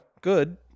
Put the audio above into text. good